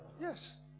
Yes